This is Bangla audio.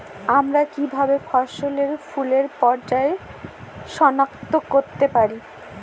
আমরা কিভাবে ফসলে ফুলের পর্যায় সনাক্ত করতে পারি?